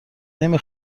نمی